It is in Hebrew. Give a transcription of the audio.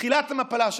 תחילת המפלה שלכם,